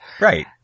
Right